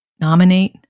nominate